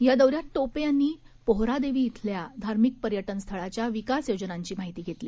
यादौऱ्यातटोपेयांनीपोहरादेवीइथल्याधार्मिकपर्यटनस्थळाच्याविकासयोजनांचीमाहितीघेतली